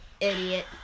idiot